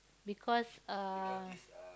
because uh